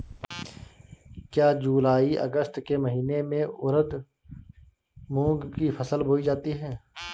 क्या जूलाई अगस्त के महीने में उर्द मूंग की फसल बोई जाती है?